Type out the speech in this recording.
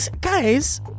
Guys